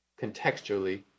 Contextually